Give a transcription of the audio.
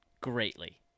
greatly